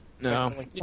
No